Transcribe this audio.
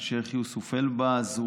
של השייח' יוסוף אל-באז.